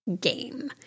game